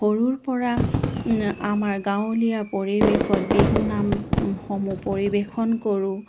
সৰুৰ পৰা আমাৰ গাঁৱলীয়া পৰিৱেশত বিহুনামসমূহ পৰিৱেশন কৰোঁ